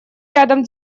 рядом